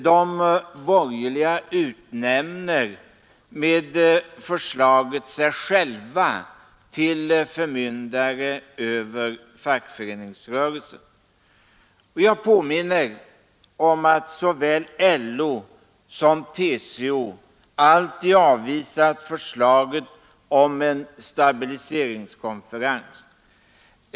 De borgerliga utnämner med förslaget sig själva till förmyndare över fackföreningsrörelsen. Jag påminner om att såväl LO som TCO alltid avvisat förslaget om en stabiliseringskonferens.